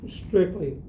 strictly